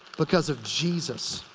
because of jesus.